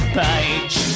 page